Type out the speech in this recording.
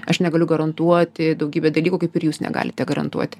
aš negaliu garantuoti daugybę dalykų kaip ir jūs negalite garantuoti